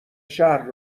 شهر